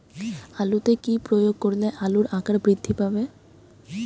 আলুতে কি প্রয়োগ করলে আলুর আকার বৃদ্ধি পাবে?